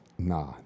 Nah